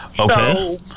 Okay